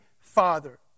Father